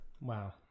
Wow